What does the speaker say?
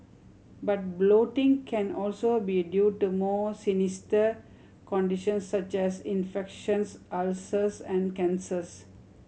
but bloating can also be due to more sinister conditions such as infections ulcers and cancers